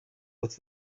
with